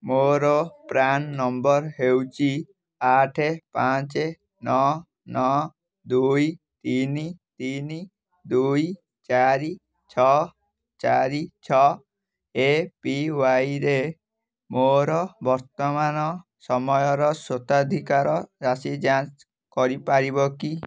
ମୋର PRAN number ହେଉଛି ଆଠ ପାଞ୍ଚ ନଅ ନଅ ଦୁଇ ତିନି ତିନି ଦୁଇ ଚାରି ଛଅ ଚାରି ଛଅ ଏପିୱାଇରେ ମୋର ବର୍ତ୍ତମାନ ସମୟର ସ୍ୱତ୍ୱାଧିକାର ରାଶି ଯାଞ୍ଚ କରିପାରିବ କି